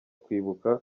kwibuka